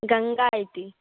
गङ्गा इति